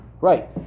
Right